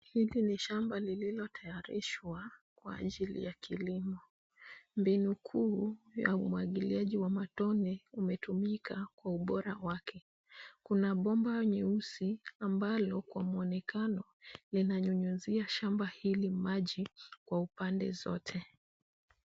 Hili ni shamba lililotayarishwa kwa ajili ya kilimo. Mbinu kuu ya umwagiliaji wa matone umetumika kwa ubora wake. Kuna bomba jeusi ambalo kwa mwonekano linanyunyuzia shamba hili maji kwa upande zote.